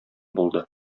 булды